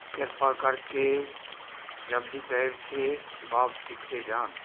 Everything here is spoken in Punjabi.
ਕਿਰਪਾ ਕਰਕੇ ਜਲਦੀ ਪੈਸੇ ਵਾਪਿਸ ਕੀਤੇ ਜਾਣ